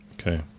Okay